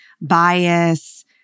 bias